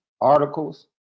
articles